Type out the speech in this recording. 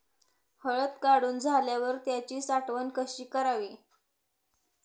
हळद काढून झाल्यावर त्याची साठवण कशी करावी?